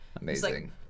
Amazing